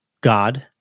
God